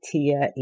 Tia